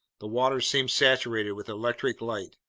the waters seemed saturated with electric light.